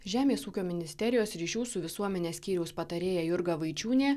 žemės ūkio ministerijos ryšių su visuomene skyriaus patarėja jurga vaičiūnė